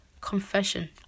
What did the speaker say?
confession